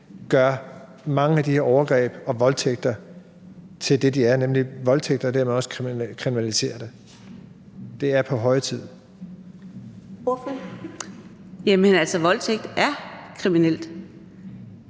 gør mange af de her overgreb og voldtægter til det, de er, nemlig voldtægter, og dermed også kriminaliserer dem. Det er på høje tid. Kl. 12:32 Første næstformand